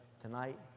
Tonight